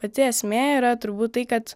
pati esmė yra turbūt tai kad